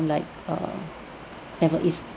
like err never is